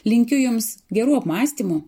linkiu jums gerų apmąstymų